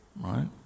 right